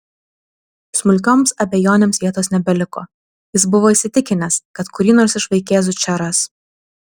smulkioms abejonėms vietos nebeliko jis buvo įsitikinęs kad kurį nors iš vaikėzų čia ras